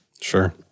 Sure